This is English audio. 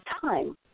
time